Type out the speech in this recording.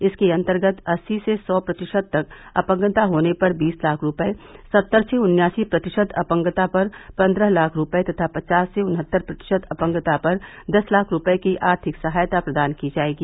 इसके अन्तर्गत अस्सी से सौ प्रतिशत तक अपंगता होने पर बीस लाख रूपये सत्तर से उन्यासी प्रतिशत अपंगता पर पन्द्रह लाख रूपये तथा पचास से उन्हत्तर प्रतिशत अपंगता पर दस लाख रूपये की आर्थिक सहायता प्रदान की जायेगी